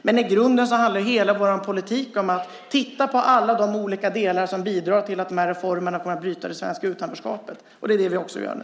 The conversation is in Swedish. Men i grunden handlar hela vår politik om att titta på alla de olika delar som bidrar till att reformerna kommer att bryta det svenska utanförskapet, och det är också det vi gör nu.